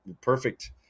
perfect